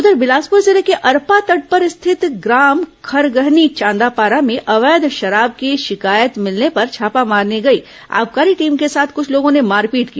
उधर बिलासपुर जिले के अरपा तट पर स्थित ग्राम खरगहनी चांदापारा में अवैध शराब की शिकायत मिलने पर छापा मारने गई आबकारी टीम के साथ कुछ लोगों ने मारपीट की